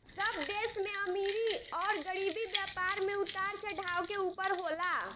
सब देश में अमीरी अउर गरीबी, व्यापार मे उतार चढ़ाव के ऊपर होला